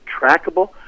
trackable